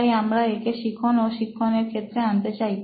তাই আমরা একে শিখন ও শিক্ষণ এর ক্ষেত্রে আনতে চাই